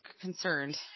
concerned